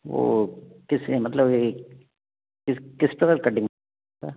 वो किस ये मतलब ये किस किस तरह का कटिंग होता है